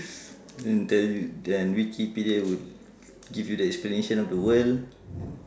and then then wikipedia would give you the explanation of the world